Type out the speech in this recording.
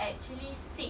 actually sick